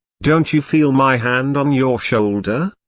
don't you feel my hand on your shoulder?